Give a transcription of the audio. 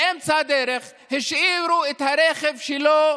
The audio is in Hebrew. באמצע הדרך השאירו את הרכב שלו